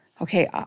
okay